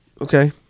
okay